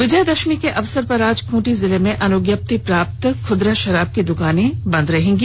विजयादशमी के अवसर पर आज खूंटी जिला में अनुज्ञप्ति प्राप्त सभी खुदरा शराब की बिक्री दुकानें बंद रहेंगी